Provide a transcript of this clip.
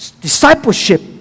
discipleship